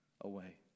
away